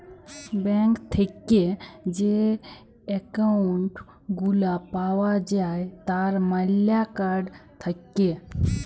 bank থেক্যে যে account গুলা পাওয়া যায় তার ম্যালা কার্ড থাক্যে